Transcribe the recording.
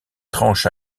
tranche